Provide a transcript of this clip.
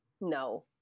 no